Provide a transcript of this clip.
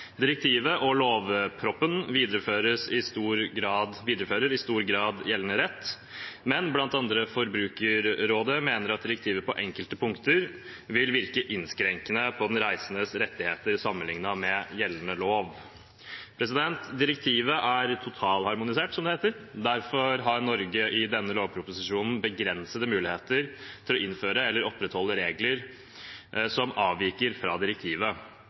Direktivet og lovproposisjonen viderefører i stor grad gjeldende rett, men bl.a. Forbrukerrådet mener at direktivet på enkelte punkter vil virke innskrenkende på den reisendes rettigheter sammenliknet med gjeldende lov. Direktivet er totalharmonisert, som det heter. Derfor har Norge i denne lovproposisjonen begrensede muligheter til å innføre eller opprettholde regler som avviker fra direktivet.